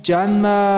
Janma